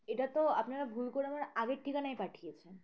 এটা তো আপনারা ভুল করে আমার আগের ঠিকানায় পাঠিয়েছেন